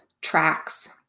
tracks